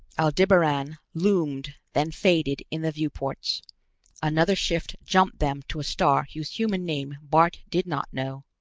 aldebaran loomed, then faded in the viewports another shift jumped them to a star whose human name bart did not know.